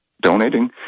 donating